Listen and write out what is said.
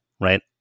right